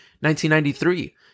1993